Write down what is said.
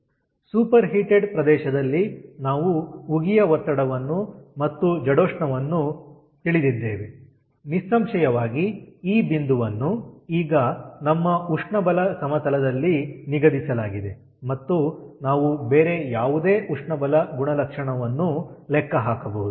super heated ಪ್ರದೇಶದಲ್ಲಿ ನಾವು ಉಗಿಯ ಒತ್ತಡವನ್ನು ಮತ್ತು ಜಡೋಷ್ಣವನ್ನು ತಿಳಿದಿದ್ದೇವೆ ನಿಸ್ಸಂಶಯವಾಗಿ ಈ ಬಿಂದುವನ್ನು ಈಗ ನಮ್ಮ ಉಷ್ಣಬಲ ಸಮತಲದಲ್ಲಿ ನಿಗದಿಸಲಾಗಿದೆ ಮತ್ತು ನಾವು ಬೇರೆ ಯಾವುದೇ ಉಷ್ಣಬಲ ಗುಣಲಕ್ಷಣವನ್ನು ಲೆಕ್ಕ ಹಾಕಬಹುದು